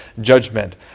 judgment